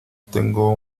tengo